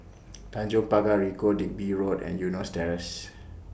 Tanjong Pagar Ricoh Digby Road and Eunos Terrace